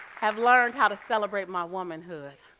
have learned how to celebrate my womanhood.